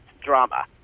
drama